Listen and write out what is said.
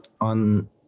on